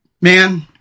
Man